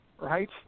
right